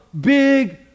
big